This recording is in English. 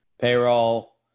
payroll